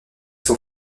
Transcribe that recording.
son